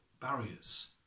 barriers